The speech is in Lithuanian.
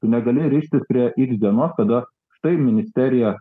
tu negali rištis prie iks dienos kada štai ministerija